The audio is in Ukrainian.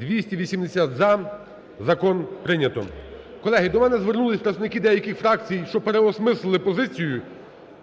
За-280 Закон прийнято. Колеги, до мене звернулися представники деяких фракцій, що переосмислили позицію